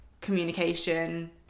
communication